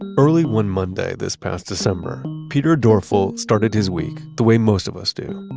and early one monday this past december, peter dorfell started his week the way most of us do,